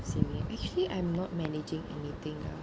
saving actually I'm not managing anything ah